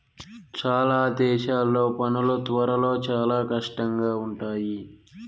చాలా దేశాల్లో పనులు త్వరలో చాలా కష్టంగా ఉంటాయి